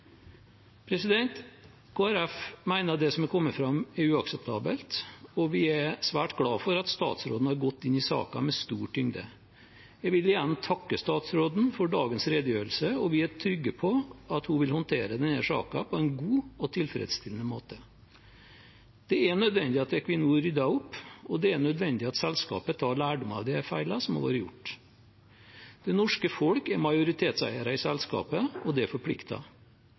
det som er kommet fram, er uakseptabelt, og vi er svært glade for at statsråden har gått inn i saken med stor tyngde. Jeg vil igjen takke statsråden for dagens redegjørelse, og vi er trygge på at hun vil håndtere denne saken på en god og tilfredsstillende måte. Det er nødvendig at Equinor rydder opp, og det er nødvendig at selskapet tar lærdom av disse feilene som har blitt gjort. Det norske folk er majoritetseiere i selskapet, og det forplikter. Vår forventing til selskapet er